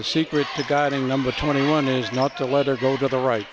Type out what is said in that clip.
the secret to guiding number twenty one is not to let her go to the right